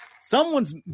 Someone's